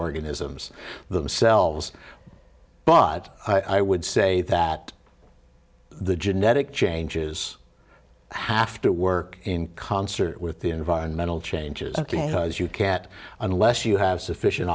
organisms themselves but i would say that the genetic changes have to work in concert with the environmental changes as you can't unless you have sufficient